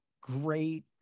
great